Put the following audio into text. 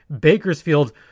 Bakersfield